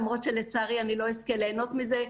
למרות שלצערי אני לא אזכה ליהנות מזה,